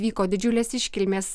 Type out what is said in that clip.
vyko didžiulės iškilmės